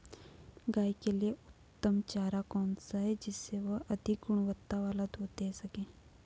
गाय के लिए उत्तम चारा कौन सा है जिससे वह अधिक गुणवत्ता वाला दूध दें सके?